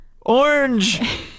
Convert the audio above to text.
orange